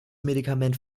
medikament